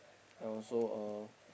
and also uh